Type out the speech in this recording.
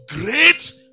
great